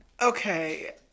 Okay